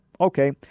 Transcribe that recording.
okay